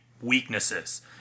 weaknesses